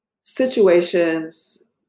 situations